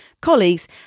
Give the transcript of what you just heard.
colleagues